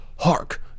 Hark